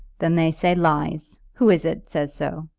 then they say lies who is it says so?